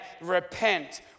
repent